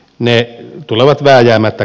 neljä tulevat vääjäämättä